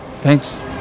Thanks